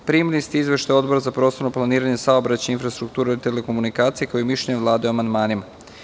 Primili ste izveštaj Odbora za prostorno planiranje, saobraćaj, infrastrukturu i telekomunikacije, kao i mišljenje Vlade o amandmanima.